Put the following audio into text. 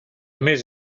més